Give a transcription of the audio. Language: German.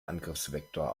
angriffsvektor